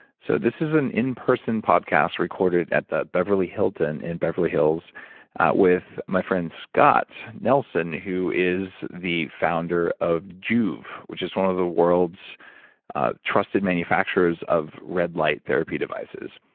so this is an in-person podcast recorded at the beverly hilton in beverly hills with my friend scott nelson, who is the founder of joovv, which is one of the world's ah trusted manufacturers of red light therapy devices.